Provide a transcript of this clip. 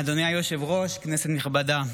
אדוני היושב-ראש, כנסת נכבדה,